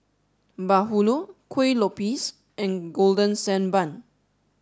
Bahulu Kuih Lopes and golden sand bun